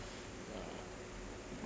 uh